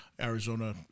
Arizona